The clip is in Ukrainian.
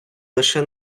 лише